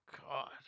God